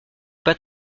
pas